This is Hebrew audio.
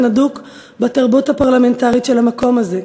הדוק לתרבות הפרלמנטרית של המקום הזה,